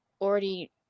already